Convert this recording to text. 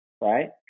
Right